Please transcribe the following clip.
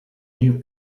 new